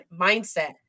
mindset